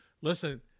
listen